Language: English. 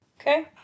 Okay